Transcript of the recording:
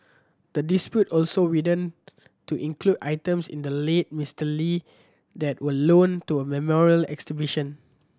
the dispute also widened to include items in the late Mister Lee that were loaned to a memorial exhibition